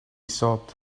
sobbed